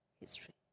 history